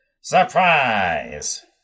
surprise